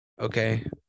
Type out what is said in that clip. okay